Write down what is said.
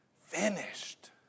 finished